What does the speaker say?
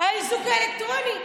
האיזוק האלקטרוני.